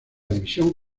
división